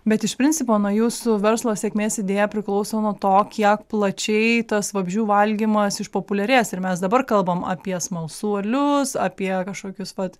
bet iš principo na jūsų verslo sėkmės idėja priklauso nuo to kiek plačiai tas vabzdžių valgymas išpopuliarės ir mes dabar kalbam apie smalsuolius apie kažkokius vat